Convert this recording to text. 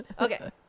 Okay